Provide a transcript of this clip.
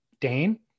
Dane